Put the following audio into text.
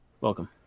Welcome